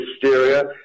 hysteria